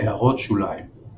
הערות שוליים ==